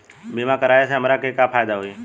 बीमा कराए से हमरा के का फायदा होई?